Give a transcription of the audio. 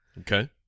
Okay